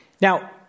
Now